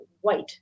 white